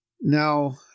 Now